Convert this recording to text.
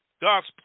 God's